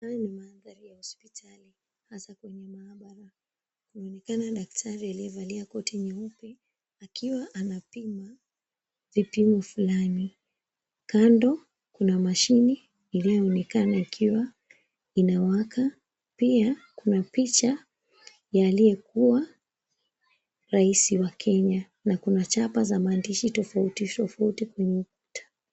Haya ni mandhari ya hospitali hasa kwenye maabara. Kunaonekana daktari amevalia koti nyeupe akiwa anapima vipimo fulani. Kando kuna mashini iliyoonekana ikiwa inawaka. Pia kuna picha ya aliyekuwa rais wa Kenya na kuna chapa za maandishi tofauti tofauti kwenye ukuta.